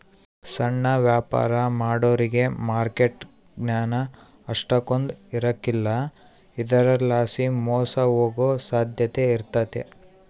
ಸಣ್ಣ ವ್ಯಾಪಾರ ಮಾಡೋರಿಗೆ ಮಾರ್ಕೆಟ್ ಜ್ಞಾನ ಅಷ್ಟಕೊಂದ್ ಇರಕಲ್ಲ ಇದರಲಾಸಿ ಮೋಸ ಹೋಗೋ ಸಾಧ್ಯತೆ ಇರ್ತತೆ